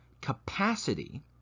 capacity